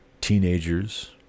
teenagers